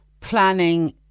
planning